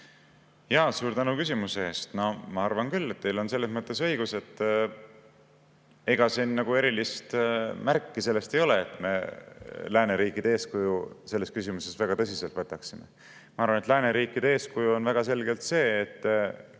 Suur tänu küsimuse eest! Ma arvan küll, et teil on selles mõttes õigus, et ega siin nagu erilist märki sellest ei ole, nagu me lääneriikide eeskuju selles küsimuses väga tõsiselt võtaksime. Ma arvan, et lääneriikide eeskuju on väga selgelt see, et